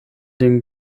den